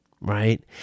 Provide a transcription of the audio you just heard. right